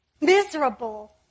miserable